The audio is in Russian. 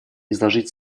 изложить